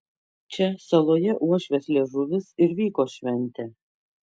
čia saloje uošvės liežuvis ir vyko šventė